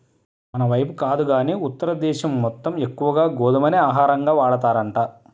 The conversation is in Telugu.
మనైపు కాదు గానీ ఉత్తర దేశం మొత్తం ఎక్కువగా గోధుమనే ఆహారంగా వాడతారంట